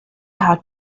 had